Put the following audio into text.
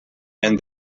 and